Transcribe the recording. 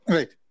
Right